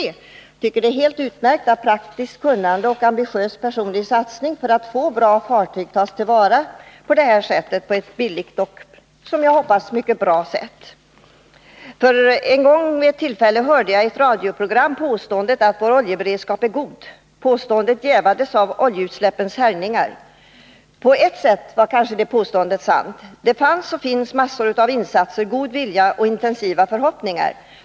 Jag tycker att det är utmärkt att praktiskt kunnande och ambitiös personlig satsning för att få bra fartyg tas till vara på ett sätt som gör att det blir billigt och, som jag hoppas, ger ett bra resultat. Vid ett tillfälle hörde jag i ett radioprogram påståendet att vår oljeberedskap är god. Påståendet jävades genom oljeutsläppens härjningar. Men på ett sätt var kanske påståendet sant. Det fanns och finns massor av insatser, god vilja och intensiva förhoppningar.